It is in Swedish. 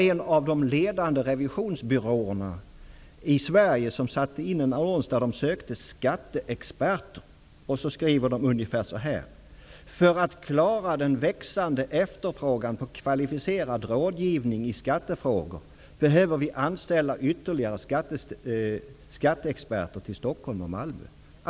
En av de ledande revisionsbyråerna i Sverige har satt in en annons där man söker skatteexperter och där man skriver: ''För att klara den växande efterfrågan på kvalificerad rådgivning i skattefrågor behöver vi anställa ytterligare skatteexperter till Stockholm och Malmö.''